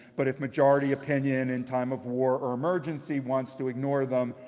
but if majority opinion in time of war or emergency wants to ignore them,